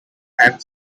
and